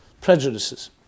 prejudices